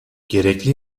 gerekli